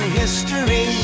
history